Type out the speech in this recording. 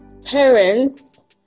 parents